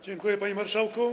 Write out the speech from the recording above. Dziękuję, panie marszałku.